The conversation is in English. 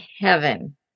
heaven